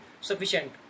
sufficient